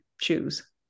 choose